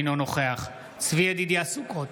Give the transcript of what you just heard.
אינו נוכח צבי ידידיה סוכות,